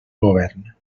govern